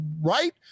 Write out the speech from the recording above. right